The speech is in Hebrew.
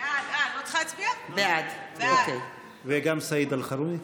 בעד וגם סעיד אלחרומי.